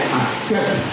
accept